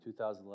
2011